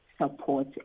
support